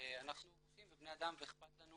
ואנחנו רופאים ובני אדם ואכפת לנו.